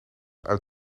uit